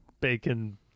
bacon